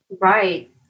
Right